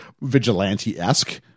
vigilante-esque